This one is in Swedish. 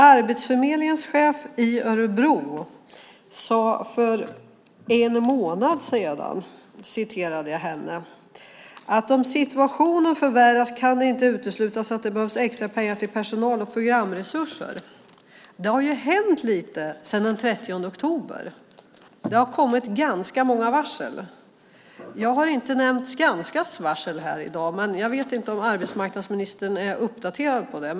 Arbetsförmedlingens chef i Örebro sade för en månad sedan att om situationen förvärras kan det inte uteslutas att det behövs extra pengar till personal och programresurser. Det har hänt lite sedan den 30 oktober. Det har kommit ganska många varsel. Jag har inte nämnt Skanskas varsel i dag. Jag vet inte om arbetsmarknadsministern är uppdaterad på det.